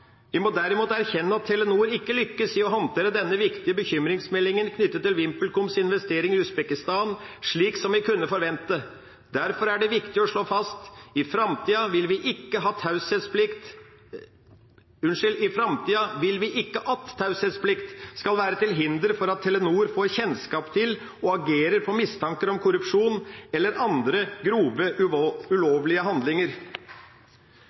Vi må derimot erkjenne at Telenor ikke lyktes i å håndtere denne viktige bekymringsmeldingen knyttet til VimpelComs investeringer i Usbekistan slik som vi kunne forvente. Derfor er det viktig å slå fast: I framtiden vil vi ikke at taushetsplikt skal være til hinder for at Telenor får kjennskap til og agerer på mistanker om korrupsjon eller andre grove ulovlige handlinger.»